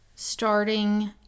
starting